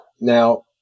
Now